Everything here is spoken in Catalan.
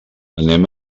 anem